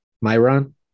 Myron